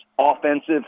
offensive –